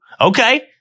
Okay